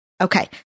Okay